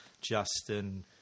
justin